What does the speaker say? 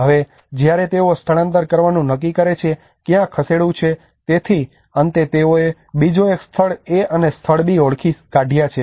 હવે જ્યારે તેઓ સ્થળાંતર કરવાનું નક્કી કરે છે ક્યાં ખસેડવું છે તેથી અંતે તેઓએ બીજો એક સ્થળ A અને સ્થળ B ઓળખી કાઢયા છે